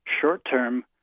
short-term